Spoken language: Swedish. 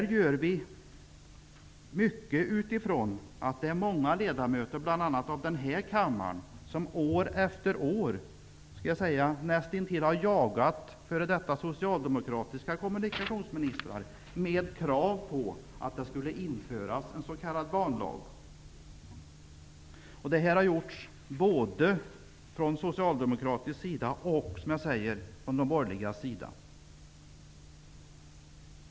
Vi gör det mycket utifrån det faktum att många ledamöter av bl.a. den här kammaren år efter år nästintill har jagat f.d. socialdemokratiska kommunikationsministrar med krav på ett införande av en s.k. banlag. Detta har gjorts både från socialdemokratiskt och från borgerligt håll.